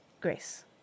grace